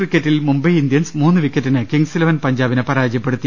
ക്രിക്കറ്റിൽ മുംബൈ ഇന്ത്യൻസ് മൂന്ന് വിക്കറ്റിന് കിങ്സ് ഇലവൻ പഞ്ചാബിനെ പരാജയപ്പെടുത്തി